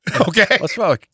Okay